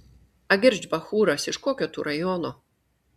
agirdž bachūras iš kokio tu rajono